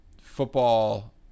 football